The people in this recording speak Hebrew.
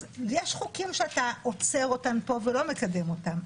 אז יש חוקים שאתה עוצר אותם פה ולא מקדם אותם.